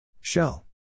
Shell